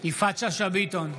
שאשא ביטון,